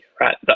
right